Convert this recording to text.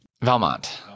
Valmont